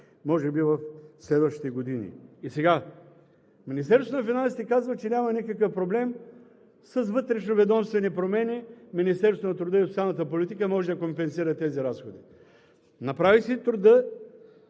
може би в следващите години. Министерството на финансите казва, че няма никакъв проблем – с вътрешноведомствени промени Министерството на труда и социалната политика може да компенсира тези разходи. Направих си труда